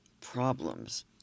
problems